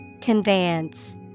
Conveyance